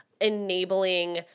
enabling